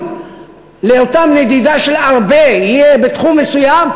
לאותה נדידה של ארבה יהיה בתחום מסוים,